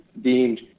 deemed